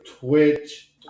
Twitch